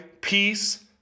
peace